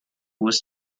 was